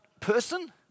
person